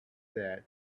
that